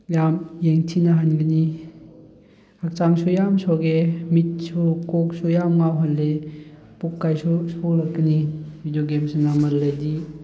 ꯌꯥꯝ ꯌꯦꯡꯊꯤꯅꯍꯟꯒꯅꯤ ꯍꯛꯆꯥꯡꯁꯨ ꯌꯥꯝ ꯁꯣꯛꯑꯦ ꯃꯤꯠꯁꯨ ꯀꯣꯛꯁꯨ ꯌꯥꯝ ꯉꯥꯎꯍꯜꯂꯦ ꯄꯨꯛꯀꯥꯏꯁꯨ ꯁꯣꯛꯂꯛꯀꯅꯤ ꯚꯤꯗꯤꯑꯣ ꯒꯦꯝ ꯁꯥꯟꯅꯃꯜꯂꯗꯤ